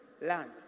land